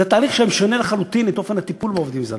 זה תהליך שמשנה לחלוטין את אופן הטיפול בעובדים זרים,